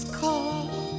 call